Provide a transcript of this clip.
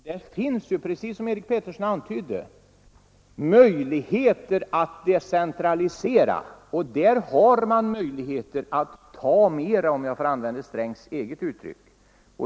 Som herr Peterson i Linköping antydde finns det möjligheter till decentralisering, och där kan man ”ta mera”, för att använda statsrådet Strängs eget uttryck.